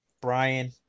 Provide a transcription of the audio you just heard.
Brian